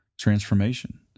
transformation